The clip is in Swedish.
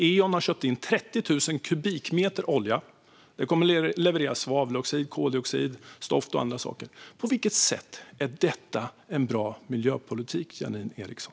EON har köpt in 30 000 kubikmeter olja, som kommer att leverera svaveloxid, koldioxid, stoft och andra saker. På vilket sätt är detta en bra miljöpolitik, Janine Alm Ericson?